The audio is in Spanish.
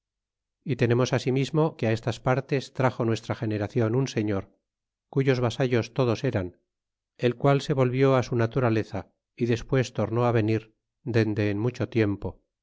é tenemos asimismo que á estas partes trazo nuestra generacion un señor cuyos vasallos todos eran el qual se volvió á su naturaleza y despues tornó venir dende en mucho tiempo